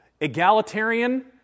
egalitarian